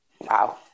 Wow